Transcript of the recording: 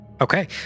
Okay